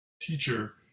Teacher